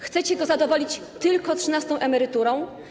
Chcecie go zadowolić tylko trzynastą emeryturą?